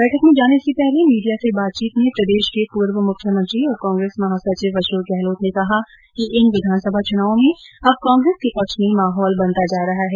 बैठक में जाने से पहले मीडिया से बातचीत में प्रदेश के पूर्व मुख्यमंत्री और कांग्रेस महासचिव अशोक गहलोत ने कहा कि इन विधानसभा चुनावों में अब कांग्रेस के पक्ष में माहौल बनता जा रहा हैं